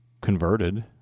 converted